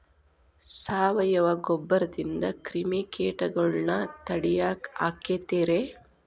ಸಾವಯವ ಗೊಬ್ಬರದಿಂದ ಕ್ರಿಮಿಕೇಟಗೊಳ್ನ ತಡಿಯಾಕ ಆಕ್ಕೆತಿ ರೇ?